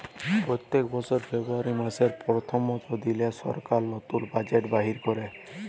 প্যত্তেক বসর ফেব্রুয়ারি মাসের পথ্থম দিলে সরকার লতুল বাজেট বাইর ক্যরে